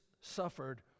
suffered